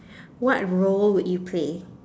what role would you play